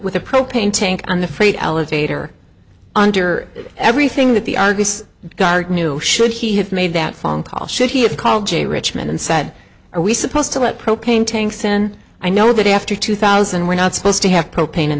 with a propane tank on the freight elevator under everything that the argus guard knew should he have made that phone call should he have called a rich man and said are we supposed to let propane tanks in i know that after two thousand we're not supposed to have propane in